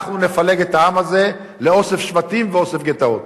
אנחנו נפלג את העם הזה לאוסף שבטים ואוסף גטאות.